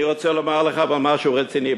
אני רוצה לומר לך, אבל, משהו רציני.